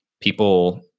People